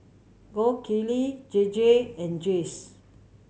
Gold Kili J J and Jays